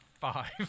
five